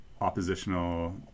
oppositional